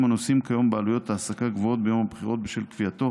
הנושאים כיום בעלויות העסקה גבוהות ביום הבחירות בשל קביעתו